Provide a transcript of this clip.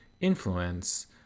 influence